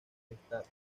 esta